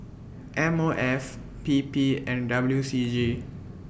M O F P P and W C G